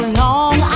long